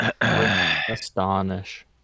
Astonish